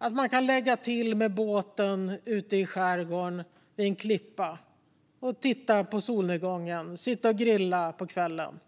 genom att man kan lägga till med båten vid en klippa ute i skärgården och sitta och titta på solnedgången och grilla på kvällen.